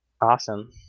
Awesome